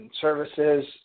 services